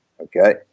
okay